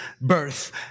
birth